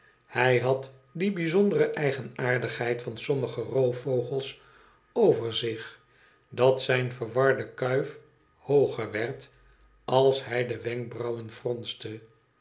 hij had die bijzondere eigenaardigheid van sommige roofvogels over zich dat zijne verwarde kuif hooger werd als hij de wenkbrauwen fronste